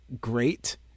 great